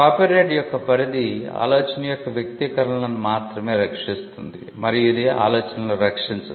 copyright యొక్క పరిధి ఆలోచన యొక్క వ్యక్తీకరణలను మాత్రమే రక్షిస్తుంది మరియు ఇది ఆలోచనలను రక్షించదు